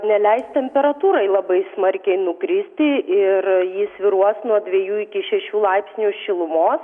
neleis temperatūrai labai smarkiai nukristi ir ji svyruos nuo dviejų iki šešių laipsnių šilumos